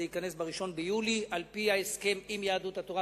זה ייכנס ב-1 ביולי על-פי ההסכם עם יהדות התורה,